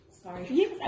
Sorry